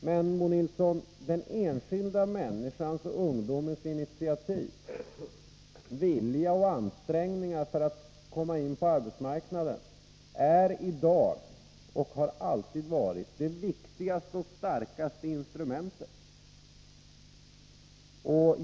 Men, Bo Nilsson, den enskilda unga människans initiativ, vilja och ansträngningar för att komma in på arbetsmarknaden är i dag och har alltid varit det viktigaste och starkaste instrumentet.